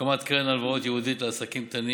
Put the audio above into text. הקמת קרן הלוואות ייעודית לעסקים קטנים